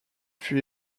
fut